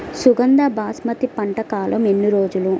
సుగంధ బాస్మతి పంట కాలం ఎన్ని రోజులు?